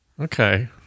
Okay